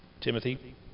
Timothy